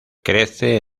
crece